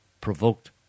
provoked